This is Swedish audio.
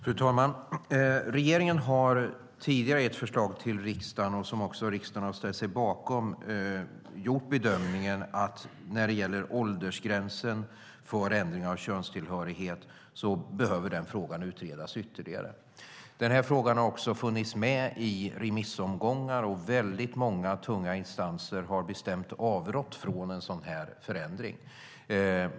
Fru talman! Regeringen har tidigare i ett förslag till riksdagen gjort bedömningen att åldersgränsen för ändring av könstillhörighet behöver utredas ytterligare. Riksdagen har ställt sig bakom det förslaget. Frågan har funnits med i remissomgångar, och många tunga instanser har bestämt avrått från en sådan förändring.